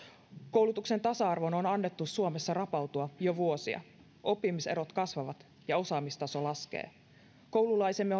koulutuksen tasa arvon on annettu suomessa rapautua jo vuosia oppimiserot kasvavat ja osaamistaso laskee koululaisemme